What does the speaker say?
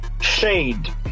shade